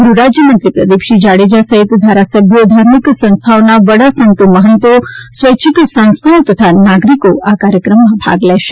ગૃહરાજ્યમંત્રી પ્રદિપસિંહ જાડેજા સહિત ધારાસભ્યો ધાર્મિક સંસ્થાઓના વડા સંતો મહંતો સ્વૈચ્છીક સંસ્થાઓ તથા નાગરીકો આ કાર્યક્રમમાં ભાગ લેશે